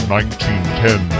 1910